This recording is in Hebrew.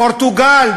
פורטוגל,